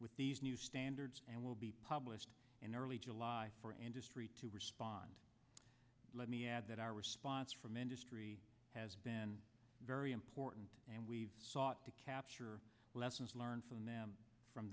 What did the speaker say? with these new standards and will be published in early july for an history to respond let me add that our response from industry has been very important and we've sought to capture lessons learned from them from